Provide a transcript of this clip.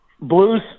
blues